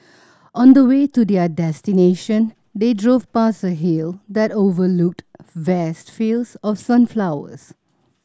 on the way to their destination they drove past a hill that overlooked vast fields of sunflowers